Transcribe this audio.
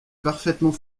parfaitement